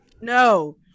No